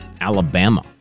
Alabama